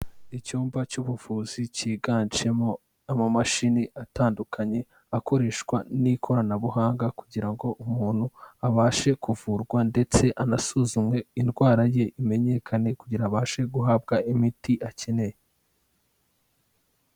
Icyumba cy'ubuvuzi cyiganjemo amamashini atandukanye, akoreshwa n'ikoranabuhanga kugira ngo umuntu abashe kuvurwa ndetse anasuzume indwara ye imenyekane, kugira abashe guhabwa imiti akeneye.